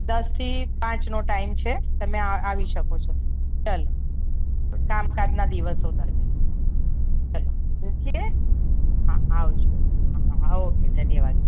દસથી પાંચનો ટાઈમ છે તમે આવી શકો છો ચાલો કામકાજના દિવસો દરમિયાન ચાલો મૂકીએ હા આવજો હા ઓકે ધન્યવાદ